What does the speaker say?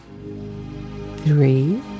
three